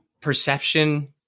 perception